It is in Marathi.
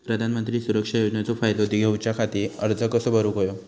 प्रधानमंत्री सुरक्षा योजनेचो फायदो घेऊच्या खाती अर्ज कसो भरुक होयो?